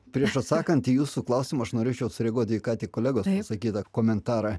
prieš atsakant į jūsų klausimą aš norėčiau sureaguoti į ką tik kolegos sakytą komentarą